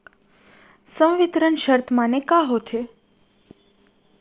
संवितरण शर्त माने का होथे?